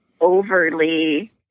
overly